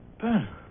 Ben